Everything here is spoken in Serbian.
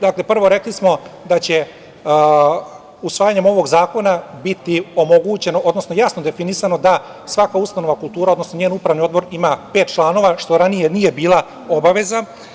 Dakle, prvo, rekli smo da će usvajanjem ovog zakona biti omogućeno, odnosno jasno definisano da svaka ustanova kulture, odnosno njen upravni odbor ima pet članova, što ranije nije bila obaveza.